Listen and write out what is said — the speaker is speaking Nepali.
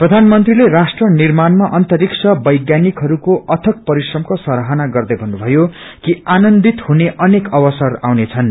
प्रधानमन्त्रीले राष्ट्र निर्माणमा अंतरिष वैज्ञानिकहरूको अथक परिश्रमको सराहना गर्दै षन्नुमयो कि आनन्दित हुने अनेक अवसर आउनेछन्